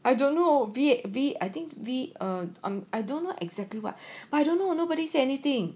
I don't know V V I think V um I don't know exactly what but I don't know nobody say anything